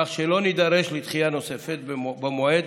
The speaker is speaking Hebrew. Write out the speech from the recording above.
כך שלא נידרש לדחייה נוספת במועד